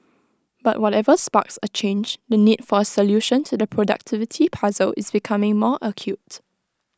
but whatever sparks A change the need for A solution to the productivity puzzle is becoming more acute